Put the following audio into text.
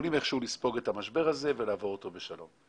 והם יכולים איכשהו לספוג את המשבר הזה ולעבור אותו בשלום.